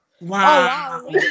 Wow